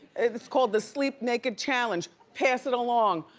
it's called the sleep naked challenge, pass it along.